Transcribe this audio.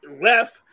left